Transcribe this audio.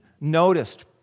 noticed